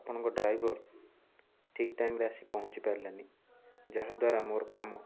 ଆପଣଙ୍କ ଡ୍ରାଇଭର ଠିକ ଟାଇମରେ ଆସି ପହଞ୍ଚି ପାରିଲାନି ଯାହାଦ୍ୱାରା ମୋର କାମ